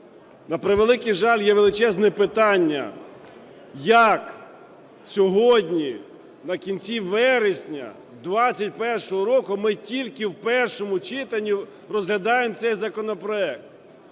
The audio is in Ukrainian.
На превеликий жаль, є величезне питання: як сьогодні в кінці вересня 21-го року ми тільки в першому читанні розглядаємо цей законопроект?